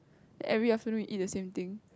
every afternoon you eat the same thing